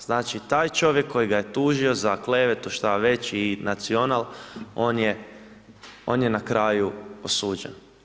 Znači taj čovjek kojega je tužio za klevetu, šta već, i Nacional, on je na kraju osuđen.